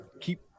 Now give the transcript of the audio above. keep